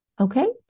Okay